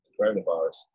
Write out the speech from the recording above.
coronavirus